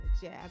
jazz